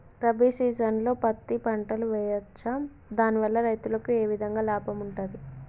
రబీ సీజన్లో పత్తి పంటలు వేయచ్చా దాని వల్ల రైతులకు ఏ విధంగా లాభం ఉంటది?